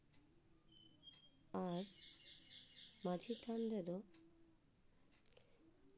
ᱟᱨ ᱢᱟᱺᱡᱷᱤ ᱛᱷᱟᱱ ᱨᱮᱫᱚ